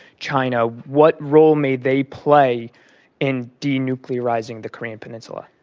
china. what role may they play in denuclearizing the korean peninsula?